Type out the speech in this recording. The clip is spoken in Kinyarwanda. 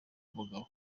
abagabo